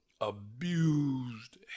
abused